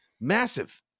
massive